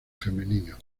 femenino